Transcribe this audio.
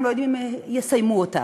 והם לא יודעים אם הם יסיימו אותה,